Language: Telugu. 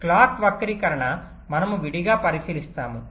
క్లాక్ వక్రీకరణ మనము విడిగా పరిశీలిస్తాము